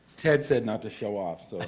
ted said not to show off,